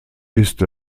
ist